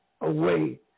away